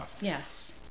Yes